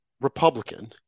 Republican